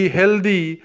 healthy